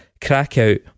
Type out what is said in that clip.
Crackout